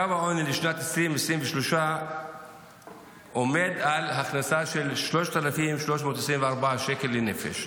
קו העוני לשנת 2023 עומד על הכנסה של 3,324 שקל לנפש.